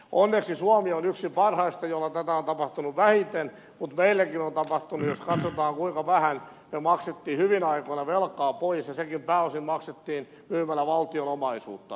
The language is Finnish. onneksi suomi on yksi parhaista jolla tätä on tapahtunut vähiten mutta meilläkin on tapahtunut jos katsotaan kuinka vähän maksettiin hyvinä aikoina velkaa pois ja sekin pääosin maksettiin myymällä valtion omaisuutta